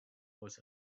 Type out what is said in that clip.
was